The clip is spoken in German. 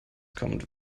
kommt